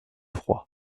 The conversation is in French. froid